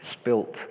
spilt